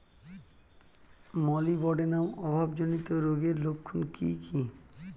Molybdenum অভাবজনিত রোগের লক্ষণ কি কি?